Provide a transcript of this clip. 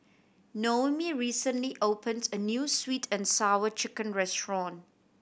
Noemi recently opened a new Sweet And Sour Chicken restaurant